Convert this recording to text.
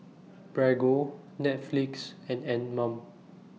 Prego Netflix and Anmum